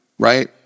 right